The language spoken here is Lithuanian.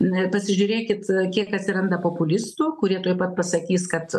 na ir pasižiūrėkit kiek atsiranda populistų kurie tuoj pat pasakys kad